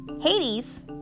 Hades